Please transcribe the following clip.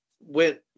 went